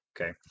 okay